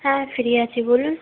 হ্যাঁ ফ্রি আছি বলুন